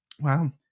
Wow